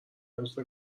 عروس